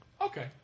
Okay